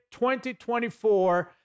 2024